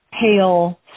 Pale